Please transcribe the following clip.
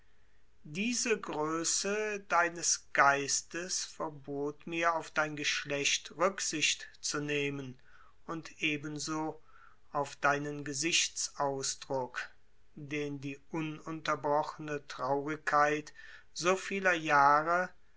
diese größe deines geistes verbot mir auf dein geschlecht rücksicht zu nehmen und ebenso auf deinen gesichtsausdruck den die ununterbrochene traurigkeit so vieler jahre